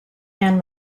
man